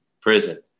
prison